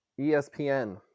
ESPN